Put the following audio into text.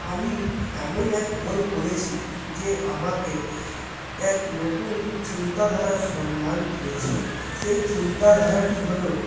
আমি এমন এক বই পড়েছি যে আমাকে এক নতুন চিন্তাধারার সন্ধান দিয়েছে সেই চিন্তাধারাটি হল